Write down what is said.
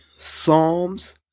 Psalms